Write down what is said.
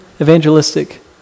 evangelistic